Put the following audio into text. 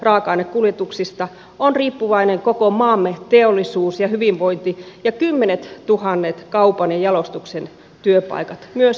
raaka ainekuljetuksista on riippuvainen koko maamme teollisuus ja hyvinvointi ja kymmenettuhannet kaupan ja jalostuksen työpaikat myös keskuksissa